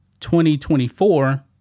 2024